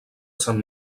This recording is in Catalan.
sant